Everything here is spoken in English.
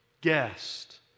guest